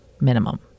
minimum